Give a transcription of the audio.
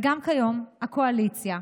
וגם כיום, הקואליציה,